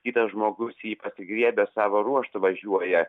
kitas žmogus jį atgriebia savo ruožtu važiuoja